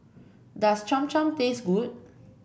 does Cham Cham taste good